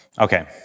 Okay